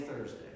Thursday